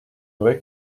vrai